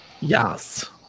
Yes